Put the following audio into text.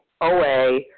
OA